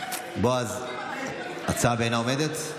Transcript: בועז, ההצעה בעינה עומדת?